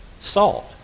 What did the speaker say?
salt